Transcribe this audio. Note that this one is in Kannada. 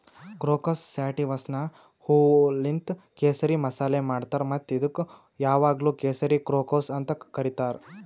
ಕ್ರೋಕಸ್ ಸ್ಯಾಟಿವಸ್ನ ಹೂವೂಲಿಂತ್ ಕೇಸರಿ ಮಸಾಲೆ ಮಾಡ್ತಾರ್ ಮತ್ತ ಇದುಕ್ ಯಾವಾಗ್ಲೂ ಕೇಸರಿ ಕ್ರೋಕಸ್ ಅಂತ್ ಕರಿತಾರ್